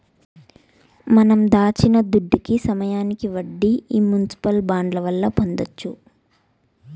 మనం దాచిన దుడ్డుకి సమయానికి వడ్డీ ఈ మునిసిపల్ బాండ్ల వల్ల పొందొచ్చు